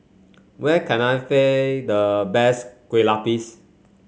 where can I the best Kue Lupis